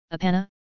apana